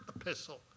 epistle